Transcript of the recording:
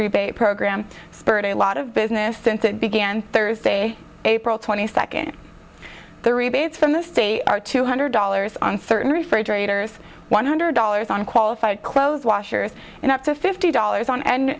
rebate program spurred a lot of business since it began thursday april twenty second the rebates from the state are two hundred dollars on certain refrigerators one hundred dollars on qualified clothes washers and up to fifty dollars on an